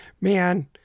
Man